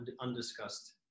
undiscussed